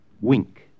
wink